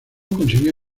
consiguió